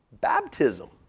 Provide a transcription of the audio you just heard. baptism